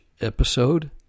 episode